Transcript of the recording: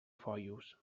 foios